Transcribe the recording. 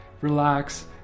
Relax